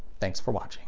thanks for watching.